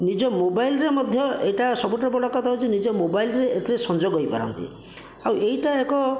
ନିଜ ମୋବାଇଲରେ ମଧ୍ୟ ଏହିଟା ସବୁଠାରୁ ବଡ଼ କଥା ହେଉଛି ନିଜ ମୋବାଇଲରେ ଏଥିରେ ସଂଯୋଗ ହୋଇପାରନ୍ତି ଆଉ ଏହିଟା ଏକ